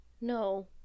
No